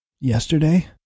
Yesterday